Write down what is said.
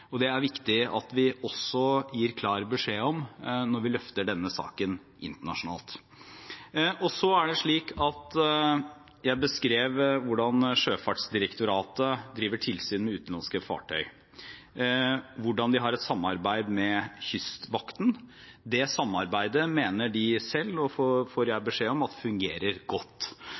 Det er det viktig at vi også gir klar beskjed om når vi løfter denne saken internasjonalt. Jeg beskrev hvordan Sjøfartsdirektoratet driver tilsyn med utenlandske fartøy, hvordan de har et samarbeid med Kystvakten. Det samarbeidet mener de selv – får jeg beskjed om – fungerer godt,